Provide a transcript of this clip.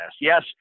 Yes